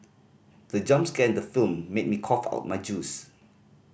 the jump scare in the film made me cough out my juice